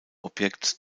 objekts